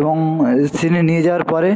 এবং নিয়ে যাওয়ার পরে